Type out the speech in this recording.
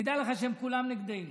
תדע לך שהם כולם נגדנו.